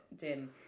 dim